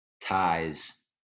ties